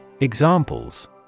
Examples